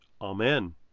Amen